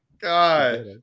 God